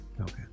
Okay